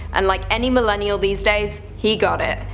and like any millennial these days, he got it.